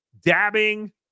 Dabbing